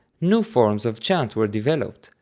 new forms of chant were developed,